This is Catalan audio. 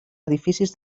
edificis